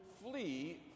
flee